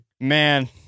Man